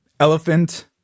elephant